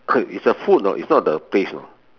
it's a food know it's not the taste you know